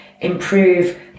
improve